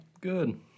Good